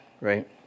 right